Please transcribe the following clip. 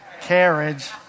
carriage